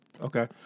okay